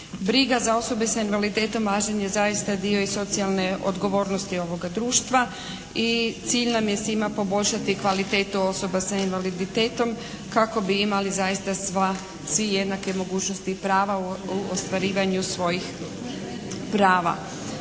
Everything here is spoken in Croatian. Briga za osobe sa invaliditetom važan je zaista dio i socijalne odgovornosti ovoga društva. I cilj nam je svima poboljšati kvalitetu osoba sa invaliditetom kako bi imali zaista sva, svi jednake mogućnosti i prava u ostvarivanju svojih prava.